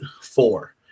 four